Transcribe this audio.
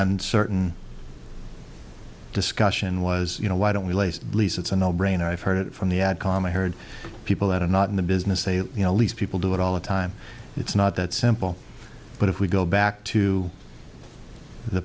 uncertain discussion was you know why don't we lace lease it's a no brainer i've heard it from the ad com i heard people that are not in the business say you know lease people do it all the time it's not that simple but if we go back to the